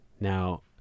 now